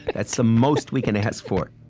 that's the most we can ask for